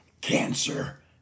Cancer